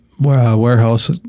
warehouse